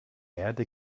erde